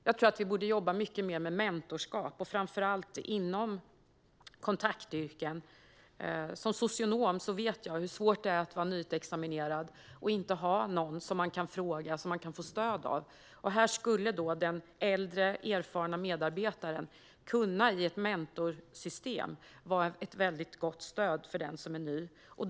Jag tror att vi borde jobba mycket mer med mentorskap, framför allt inom kontaktyrken. Som socionom vet jag hur svårt det är att vara nyutexaminerad och inte ha någon som man kan fråga och få stöd av. Här skulle den äldre erfarna medarbetaren i ett mentorsystem kunna vara ett gott stöd för den som är ny.